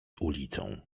ulicą